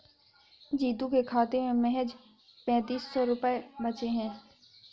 जीतू के खाते में महज पैंतीस सौ रुपए बचे हैं